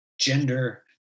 gender